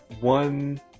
one